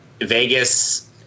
Vegas